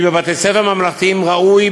כי בבתי-ספר ממלכתיים ראוי,